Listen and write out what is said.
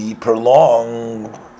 prolong